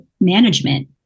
management